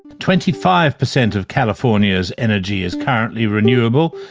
twenty five percent of california's energy is currently renewable.